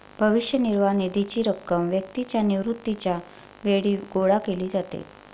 भविष्य निर्वाह निधीची रक्कम व्यक्तीच्या निवृत्तीच्या वेळी गोळा केली जाते